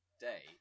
day